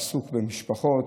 עסוק במשפחות.